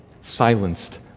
Silenced